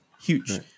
huge